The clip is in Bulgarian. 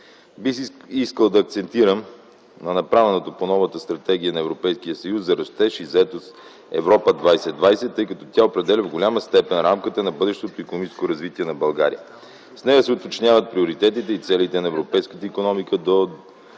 Бих искал да акцентирам на направеното по новата стратегия на Европейския съюз за растеж и заетост „Европа 2020”, тъй като тя определя до голяма степен рамката на бъдещото икономическо развитие на България. С нея се уточняват приоритетите и целите на европейската икономика до